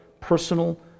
personal